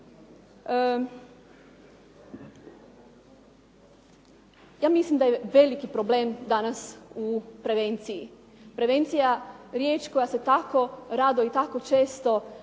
Ja mislim da je veliki problem danas u prevenciji. Prevencija, riječ koja se tako rado i tako često